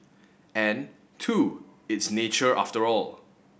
and two it's nature after all